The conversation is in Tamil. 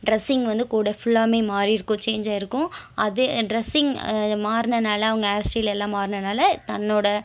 ட்ரெஸ்ஸிங் வந்து கோடு ஃபுல்லாவுமே மாறிருக்கும் சேஞ்சாயிருக்கும் அது ட்ரெஸ்ஸிங் மாறுனதனால அவங்க ஹேர் ஸ்டைல் எல்லாம் மாறுனதனால தன்னோட